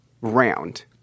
round